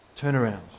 turnaround